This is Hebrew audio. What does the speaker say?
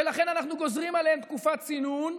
ולכן אנחנו גוזרים עליהם תקופת צינון,